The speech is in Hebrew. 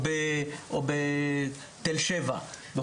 או בתל שבע וכו'.